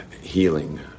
healing